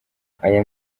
aya